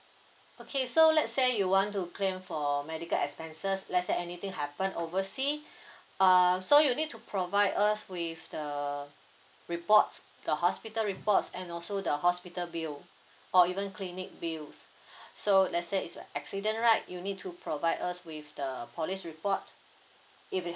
okay so let say you want to claim for medical expenses let say anything happen overseas uh so you need to provide us with the reports the hospital reports and also the hospital bill or even clinic bill so let say it's a accident right you need to provide us with the police report if it